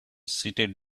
seated